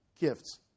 gifts